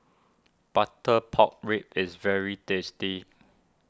Butter Pork Ribs is very tasty